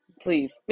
Please